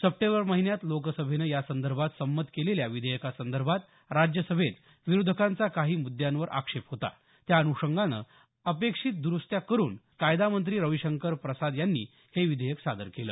September महिन्यात लोकसभेनं यासंदर्भात संमत केलेल्या विधेयकासंदर्भात राज्यसभेत विरोधकांचा काही मुद्यांवर आक्षेप होता त्या अन्षंगानं अपेक्षित दुरुस्त्या करून कायदा मंत्री रविशंकर प्रसाद यांनी हे विधेयक सादर केलं